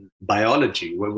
biology